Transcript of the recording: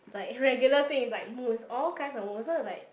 like regular thing is like moons all kinds of moons so is like